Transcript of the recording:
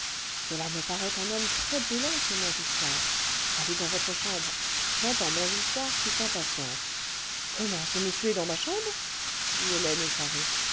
cela me paraît un homme très brûlant ce montgiscard allez dans votre chambre j'entends montgiscard qui s'impatiente comment ce monsieur est dans ma chambre dit hélène effarée